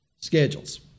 Schedules